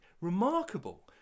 Remarkable